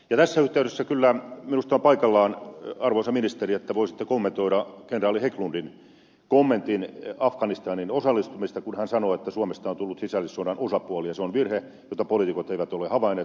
tässä yhteydessä kyllä minusta on paikallaan arvoisa ministeri että voisitte kommentoida kenraali hägglundin kommenttia afganistaniin osallistumisesta kun hän sanoo että suomesta on tullut sisällissodan osapuoli ja se on virhe jota poliitikot eivät ole havainneet